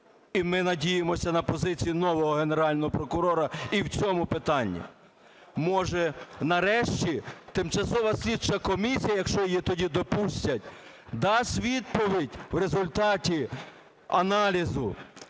І ми надіємося на позицію нового Генерального прокурора і в цьому питанні. Може, нарешті тимчасова слідча комісія, якщо її тоді допустять, дасть відповідь у результаті аналізу: